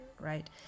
right